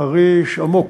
חריש עמוק.